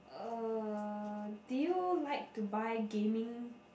uh do you like to buy gaming